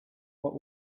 what